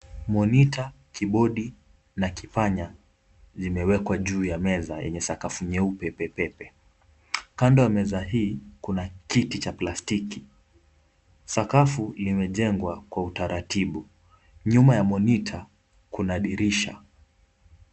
Monita ,kibodi na kipanya zimewekwa juu ya meza yenye sakafu nyeupe pepepe ,kando ya meza hii kuna kiti cha plastiki, sakafu limejengwa kwa utaratibu, nyuma ya monita kuna dirisha.